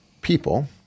people